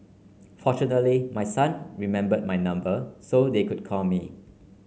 fortunately my son remember my number so they could call me